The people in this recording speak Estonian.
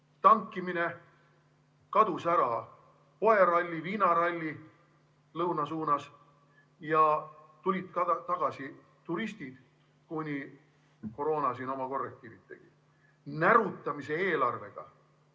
tankimine, kadus ära poeralli-viinaralli lõunasuunas ja tulid tagasi turistid, kuni koroona siin oma korrektiivid tegi. Närutamise eelarvega